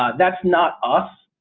that's not us.